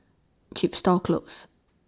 Chepstow Close